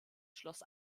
schloss